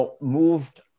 moved